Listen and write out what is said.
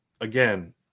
again